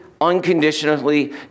unconditionally